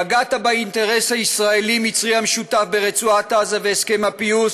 פגעת באינטרס הישראלי-מצרי המשותף ברצועת עזה והסכם הפיוס,